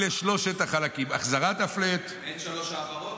אלה שלושת החלקים: החזרת הפלאט --- אין שלוש העברות?